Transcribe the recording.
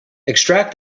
extract